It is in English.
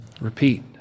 repeat